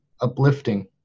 uplifting